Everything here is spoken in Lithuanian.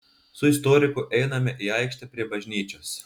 su istoriku einame į aikštę prie bažnyčios